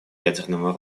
ядерным